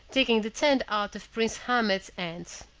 taking the tent out of prince ahmed's hands,